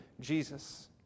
Jesus